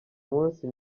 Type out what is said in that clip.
munsi